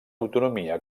autonomia